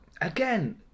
Again